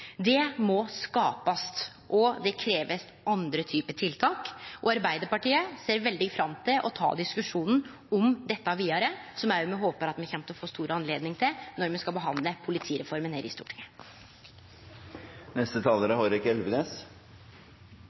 må skapast, og det krevst andre typar tiltak. Arbeidarpartiet ser veldig fram til å ta diskusjonen om dette vidare, noko me håper å få godt høve til når me skal behandle politireforma her i Stortinget. Interpellanten skal ha pluss i margen for å ha tatt opp dette viktige temaet. Det er